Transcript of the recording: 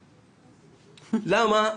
למה?